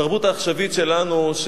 בתרבות העכשווית שלנו,